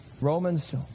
Romans